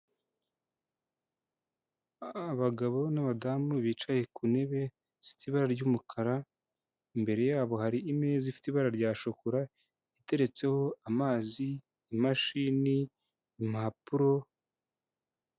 Abagabo n'abadamu bicaye ku ntebe zifite ibara ry'umukara, imbere yabo hari imeza ifite ibara rya shokora, iteretseho amazi, imashini, impapuro.